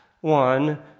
one